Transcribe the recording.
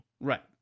Right